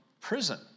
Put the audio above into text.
prison